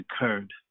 occurred